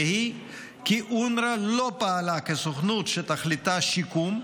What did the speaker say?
והיא כי אונר"א לא פעלה כסוכנות שתכליתה שיקום,